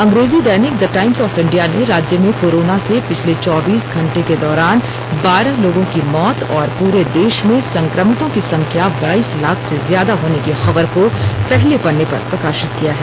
अंग्रेजी दैनिक the Times of India ने राज्य में कोरोना से पिछले चौबीस घटे के दौरान बारह लोगों की मौत और पूरे देश में संक्रमितों की संख्या बाईस लाख से ज्यादा होने की खबर को पहले पन्ने पर प्रकाशित किया है